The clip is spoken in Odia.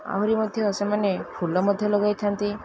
ଆହୁରି ମଧ୍ୟ ସେମାନେ ଫୁଲ ମଧ୍ୟ ଲଗାଇଥାନ୍ତି